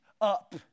up